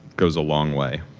goes a long way.